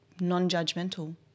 non-judgmental